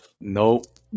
Nope